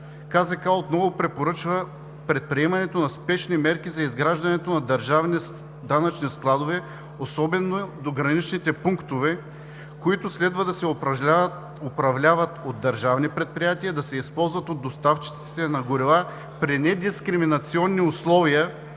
КЗК отново препоръчва предприемането на спешни мерки за изграждането на държавни данъчни складове, особено до граничните пунктове, които следва да се управляват от държавни предприятия и да се използват от доставчиците на горива при недискриминационни условия